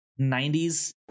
90s